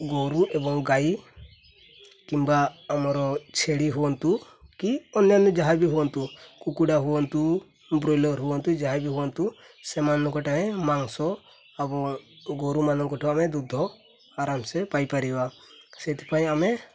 ଗୋରୁ ଏବଂ ଗାଈ କିମ୍ବା ଆମର ଛେଳି ହୁଅନ୍ତୁ କି ଅନ୍ୟାନ୍ୟ ଯାହା ବି ହୁଅନ୍ତୁ କୁକୁଡ଼ା ହୁଅନ୍ତୁ ବ୍ରଇଲର ହୁଅନ୍ତୁ ଯାହା ବି ହୁଅନ୍ତୁ ସେମାନଙ୍କଠାଏ ମାଂସ ଆଉ ଗୋରୁମାନଙ୍କଠୁ ଆମେ ଦୁଧ ଆରାମସେ ପାଇପାରିବା ସେଥିପାଇଁ ଆମେ